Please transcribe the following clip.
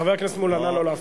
חבר הכנסת מולה, נא לא להפריע.